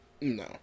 No